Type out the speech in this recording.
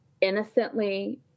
innocently